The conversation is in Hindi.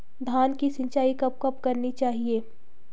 धान की सिंचाईं कब कब करनी चाहिये?